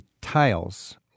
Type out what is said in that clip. tiles